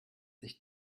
sich